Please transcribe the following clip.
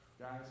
Guys